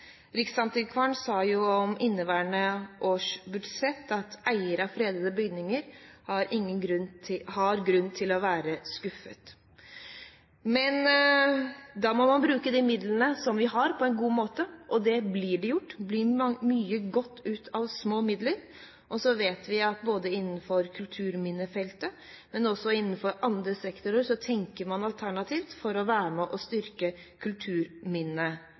sa jo om inneværende års budsjett at eiere av fredede bygninger har grunn til å være skuffet. Men da må man bruke de midlene vi har på en god måte, og det blir gjort. Det blir gjort mye godt ut av små midler, og vi vet at man både innenfor kulturminnefeltet og innenfor andre sektorer tenker alternativt for å være med og styrke